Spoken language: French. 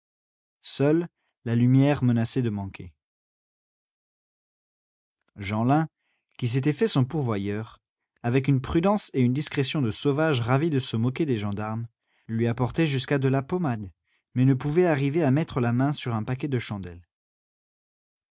seule la lumière menaçait de manquer jeanlin qui s'était fait son pourvoyeur avec une prudence et une discrétion de sauvage ravi de se moquer des gendarmes lui apportait jusqu'à de la pommade mais ne pouvait arriver à mettre la main sur un paquet de chandelles